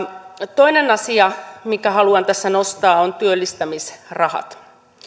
toinen asia minkä haluan tässä nostaa on työllistämisrahat